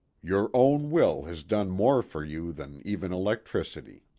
your own will has done more for you than even electricity.